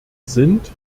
sind